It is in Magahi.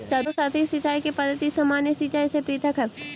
अधोसतही सिंचाई के पद्धति सामान्य सिंचाई से पृथक हइ